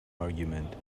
argument